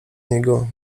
niego